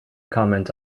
comment